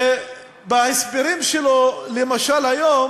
שבהסברים שלו היום